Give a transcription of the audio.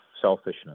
selfishness